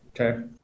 Okay